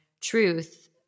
truth